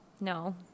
No